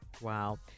Wow